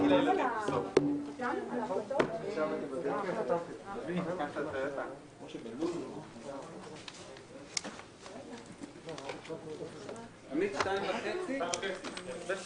14:22.